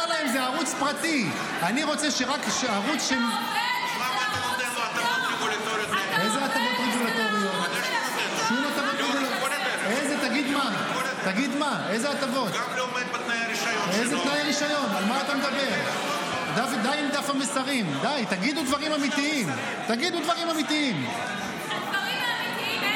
ערוץ 14. תגיד ערוץ 14. מותר להם.